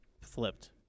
flipped